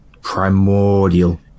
primordial